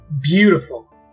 Beautiful